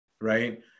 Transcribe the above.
Right